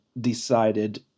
decided